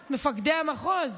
את מפקדי המחוז,